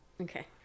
Okay